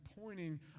pointing